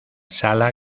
sala